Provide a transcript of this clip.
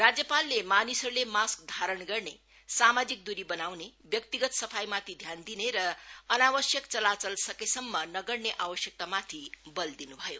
राज्यपालले मानिसहरूले मास्क धारण गर्ने सामजिक दूरी बताउने व्यक्तिगत सफाईमाथि ध्यान दिने र अनावश्यक चलाचल सकेसम्म नगर्ने आवश्यकतामाथि बल दिन् भयो